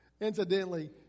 Incidentally